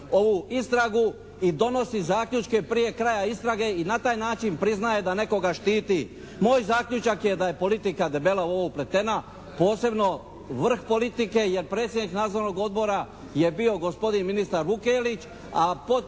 ovu istragu i donosi zaključke prije kraja istrage i na taj način priznaje da nekoga štiti. Moj zaključak je da je politika debelo u ovo upletena, posebno vrh politike jer predsjednik nadzornog odbora je bio gospodin ministar Vukelić a